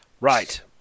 Right